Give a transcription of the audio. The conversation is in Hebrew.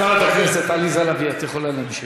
חברת הכנסת עליזה לביא, את יכולה להמשיך.